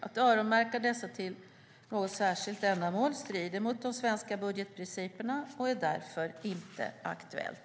Att öronmärka dessa till något särskilt ändamål strider mot de svenska budgetprinciperna och är därför inte aktuellt.